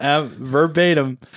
verbatim